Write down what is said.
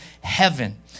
heaven